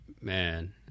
Man